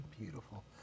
Beautiful